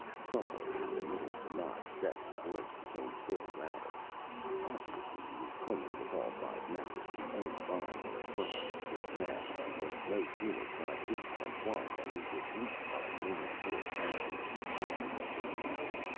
somewhere in the middle of the knot seth's voice became still louder obviously he was clinging with all five members to any vine or frond he could grasp, and was no sooner pried loose from one than he would leap by main force, backwards if possible, to another.